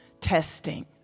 testing